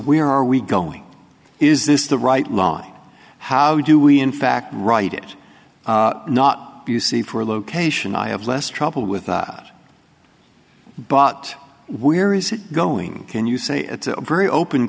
where are we going is this the right law how do we in fact write it not you see for a location i have less trouble without but where is it going can you say it's a very open